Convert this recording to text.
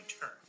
turn